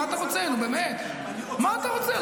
מה אתה רוצה, נו באמת, מה אתה רוצה?